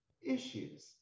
issues